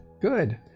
Good